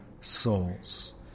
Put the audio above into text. souls